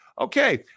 Okay